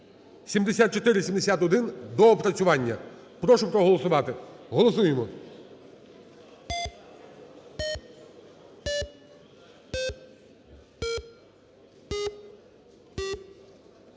7471 доопрацювання. Прошу проголосувати. Голосуємо.